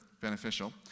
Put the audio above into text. beneficial